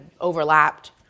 overlapped